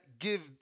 Give